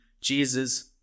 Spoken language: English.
Jesus